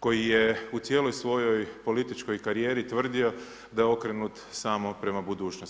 koji je u cijeloj svojoj političkoj karijeri tvrdio da je okrenut samo prema budućnosti.